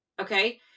Okay